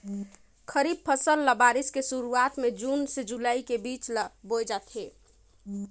खरीफ फसल ल बारिश के शुरुआत में जून से जुलाई के बीच ल बोए जाथे